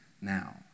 now